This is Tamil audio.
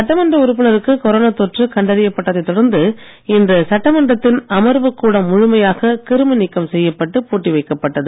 சட்டமன்ற உறுப்பினருக்கு கொரோனா தொற்று கண்டறியப் பட்டதை தொடர்ந்து இன்று சட்டமன்றத்தின் அமர்வு கூடம் முழுமையாக கிருமி நீக்கம் செய்யப்பட்டு பூட்டி வைக்கப்பட்டது